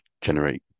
generate